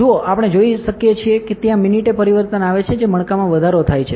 જુઓ આપણે જોઈ શકીએ છીએ કે ત્યાં મિનિટે પરિવર્તન આવે છે જે મણકામાં વધારો થયો છે